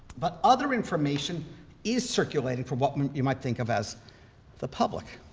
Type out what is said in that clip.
but other information is circulating for what um and you might think of as the public.